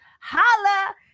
Holla